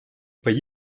payı